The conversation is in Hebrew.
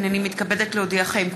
הינני מתכבדת להודיעכם,